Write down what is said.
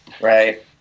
Right